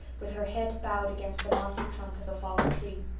with her head bowed against the mossy trunk of a fallen tree.